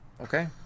okay